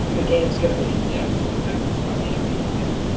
the game's gonna be. yes, exactly. so i wanna be in,